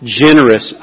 generous